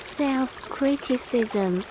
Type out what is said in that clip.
self-criticism